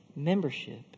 membership